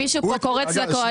מישהו כאן קורץ לאופוזיציה.